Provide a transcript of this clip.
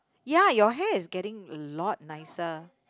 ya your hair is getting a lot nicer